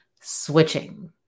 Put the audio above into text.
switching